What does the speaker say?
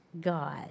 God